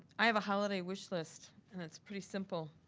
i have a holiday wish list and it's pretty simple.